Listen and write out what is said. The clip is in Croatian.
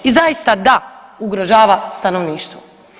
I zaista da, ugrožava stanovništvo.